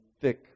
thick